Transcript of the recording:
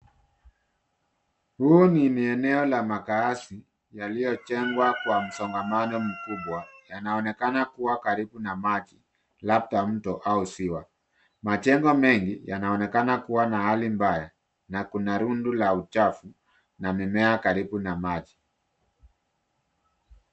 Huu ni eneo la makaazi yaliyojengwa kwa msongamano mkubwa, yanaonekana kuwa karibu na maji labda mto au ziwa. Majengo mengi yanaonekana kuwa na hali mbaya na kuna rundo la uchafu na mimea karibu na maji.